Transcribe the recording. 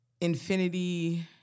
infinity